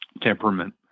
temperament